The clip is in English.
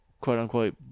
quote-unquote